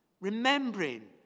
Remembering